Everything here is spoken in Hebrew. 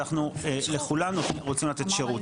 ואנחנו לכולם רוצים לתת שירות.